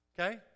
Okay